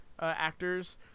actors